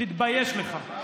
תתבייש לך.